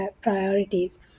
priorities